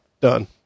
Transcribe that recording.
done